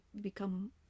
become